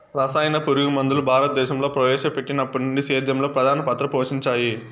రసాయన పురుగుమందులు భారతదేశంలో ప్రవేశపెట్టినప్పటి నుండి సేద్యంలో ప్రధాన పాత్ర పోషించాయి